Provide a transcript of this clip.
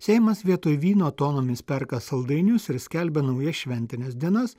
seimas vietoj vyno tonomis perka saldainius ir skelbia naujas šventines dienas